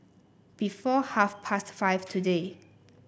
before half past five today